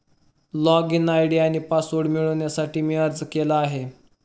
login ID आणि password मिळवण्यासाठी मी अर्ज केला आहे